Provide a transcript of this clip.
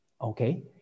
okay